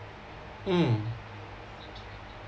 mm